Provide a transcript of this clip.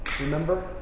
remember